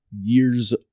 years